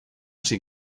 sin